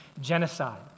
genocide